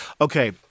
Okay